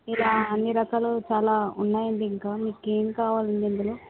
ఇలా అన్ని రకాలు చాలా ఉన్నాయండి ఇంకా మీకు ఏమి కావాలండి ఇందులో